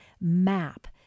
MAP